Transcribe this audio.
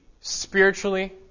spiritually